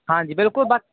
ਹਾਂਜੀ ਬਿਲਕੁਲ ਬਾ